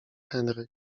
henry